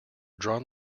drawn